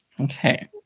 Okay